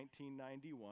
1991